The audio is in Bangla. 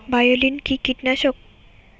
বায়োলিন কি কীটনাশক?